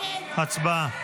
הצבעה.